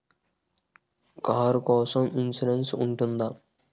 Car కోసం insurance ఉంటుందా?